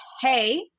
hey